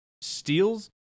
steals